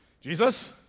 Jesus